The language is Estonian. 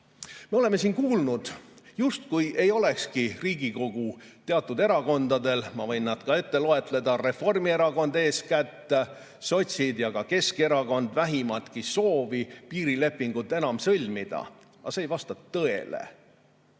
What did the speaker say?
Me oleme siin kuulnud, justkui ei olekski Riigikogu teatud erakondadel – ma võin nad ette lugeda: Reformierakond eeskätt, sotsid ja Keskerakond – vähimatki soovi piirilepingut sõlmida. Aga see ei vasta tõele.